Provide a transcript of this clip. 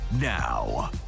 now